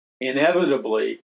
Inevitably